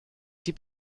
die